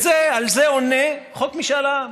על זה עונה חוק משאל עם.